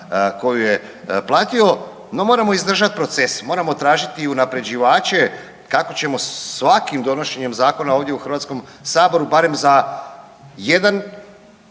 koju je platio. No, moramo izdržati proces, moramo tražiti i unapređivate kako ćemo svakim donošenjem zakona ovdje u Hrvatskom saboru barem za jedan